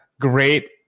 Great